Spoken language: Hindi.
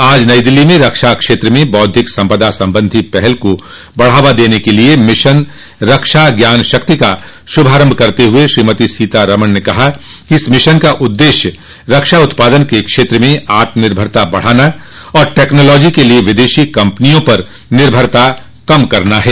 आज नई दिल्ली में रक्षा क्षेत्र में बौद्धिक संपदा संबंधी पहल को बढ़ावा देने के लिए मिशन रक्षा ज्ञान शक्ति का शुभारंभ करते हुए श्रीमती सीतारामन ने कहा कि इस मिशन का उद्देश्य् रक्षा उत्पादन के क्षेत्र में आत्मनिर्भता बढ़ाना और टैक्नोलोजी के लिए विदेशी कम्पनियों पर निर्भरता कम करना है